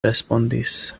respondis